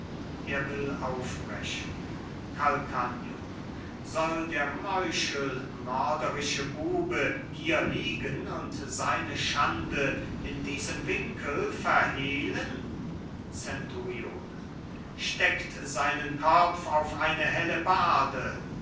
er will aufbrechen calcagno soll der meuchelmörderische bube hier liegen und seine schande in diesem winkel verhehlen zenturione steckt seinen kopf auf eine hellebarde